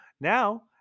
Now